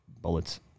bullets